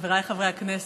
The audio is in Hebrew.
חבריי חברי הכנסת,